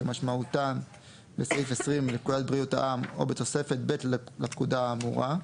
כמשמעותם בסעיף 20 לפקודת בריאות העם או בתוספת ב' לפקודה האמורה,